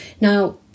Now